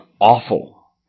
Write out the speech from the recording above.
awful